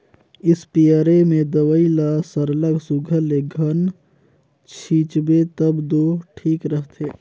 spray में दवई ल सरलग सुग्घर ले घन छींचबे तब दो ठीक रहथे